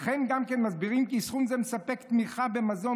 וכן גם כן מסבירים כי "סכום זה מספק תמיכה במזון